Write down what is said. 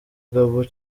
gabon